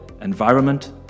environment